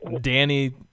Danny